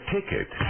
Ticket